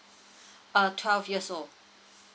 uh twelve years old